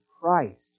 Christ